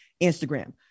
Instagram